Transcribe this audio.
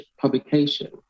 publication